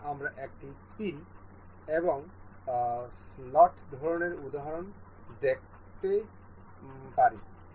এখন আমরা একটি পিন এবং স্লট ধরনের উদাহরণ দেখতে পাবেন